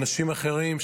אנשים אחרים,